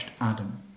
Adam